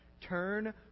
Turn